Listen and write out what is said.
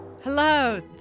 Hello